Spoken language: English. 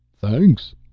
Thanks